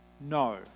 no